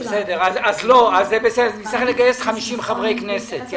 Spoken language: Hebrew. אז צריך לגייס 50 חברי כנסת.